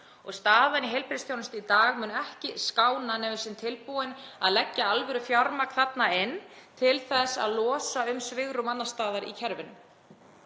Staðan í heilbrigðisþjónustu í dag mun ekki skána nema við séum tilbúin að leggja alvörufjármagn þarna inn til þess að losa um svigrúm annars staðar í kerfinu.